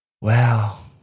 wow